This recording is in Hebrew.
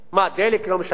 מה, על דלק לא משלמים?